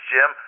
Jim